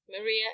Maria